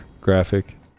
graphic